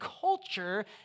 culture